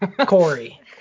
Corey